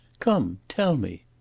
come! tell me!